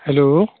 hello